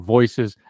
Voices